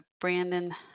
Brandon